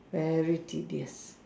very tedious